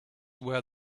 where